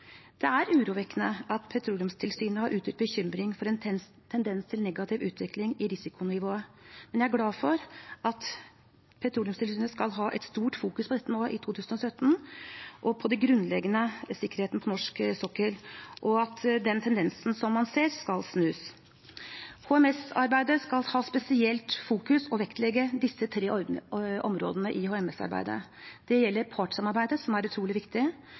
Det er urovekkende at Petroleumstilsynet har uttrykt bekymring for en tendens til negativ utvikling i risikonivået, men jeg er glad for at Petroleumstilsynet nå i 2017 skal vie stor oppmerksomhet til dette, på den grunnleggende sikkerheten på norsk sokkel, og at den tendensen man ser, skal snus. Det skal spesielt legges vekt på disse tre områdene i HMS-arbeidet: Det er partssamarbeidet, som er utrolig viktig,